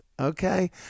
Okay